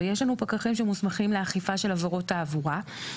ויש לנו פקחים שמוסמכים לאכיפה של עבירות תעבורה,